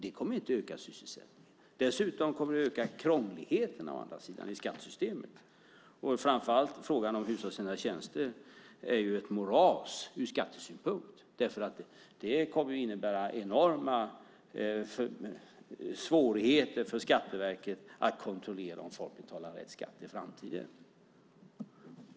Det kommer inte att öka sysselsättningen. Det kommer dessutom att öka krångligheten i skattesystemet. Framför allt är frågan om hushållsnära tjänster ett moras ur skattesynpunkt. Det kommer att innebära enorma svårigheter för Skatteverket att kontrollera om folk betalar rätt skatt i framtiden.